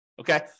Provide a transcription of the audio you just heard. okay